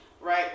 right